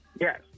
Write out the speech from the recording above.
Yes